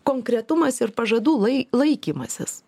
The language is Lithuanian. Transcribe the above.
konkretumas ir pažadų lai laikymasis